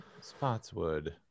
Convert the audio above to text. Spotswood